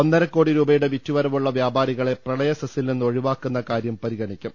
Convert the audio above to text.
ഒന്നര കോടി രൂപയുടെ വിറ്റുവരവുള്ള വ്യാപാരികളെ പ്രളയ സെസിൽ നിന്ന് ഒഴിവാക്കുന്ന കാര്യം പരിഗണിക്കും